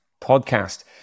podcast